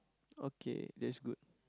okay that's good